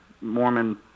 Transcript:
Mormon